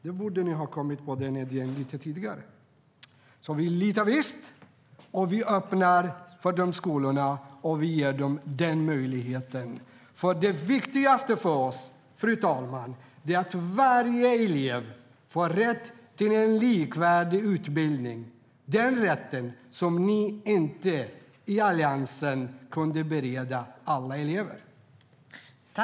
Det borde ni ha kommit på lite tidigare. Vi litar visst på skolorna, och vi öppnar för dem och ger dem en möjlighet. Det viktigaste för oss är varje elevs rätt till en likvärdig utbildning. De rätten kunde Alliansen inte bereda alla elever.